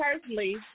personally